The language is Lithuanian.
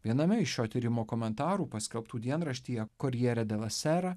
viename iš šio tyrimo komentarų paskelbtų dienraštyje korjere de la sera